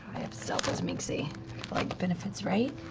have stealth as minxie. i get benefits, right,